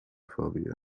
phobia